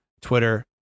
Twitter